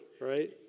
right